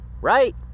Right